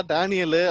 Daniel